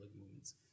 movements